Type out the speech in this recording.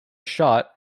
shot